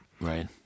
Right